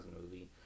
movie